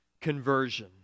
conversion